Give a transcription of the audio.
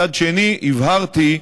מצד שני, הבהרתי,